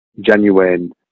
genuine